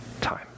time